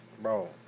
Bro